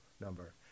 number